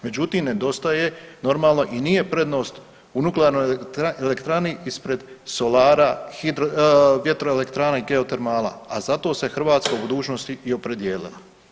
Međutim nedostaje normalno, i nije prednost u nuklearnoj elektrani ispred solara, hidro, vjeroelektrana i geotermala, a zato se Hrvatska u budućnosti i opredijelila.